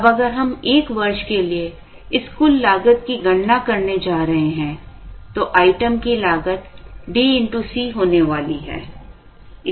अब अगर हम एक वर्ष के लिए इस कुल लागत की गणना करने जा रहे हैं तो आइटम की लागत D x C होने वाली है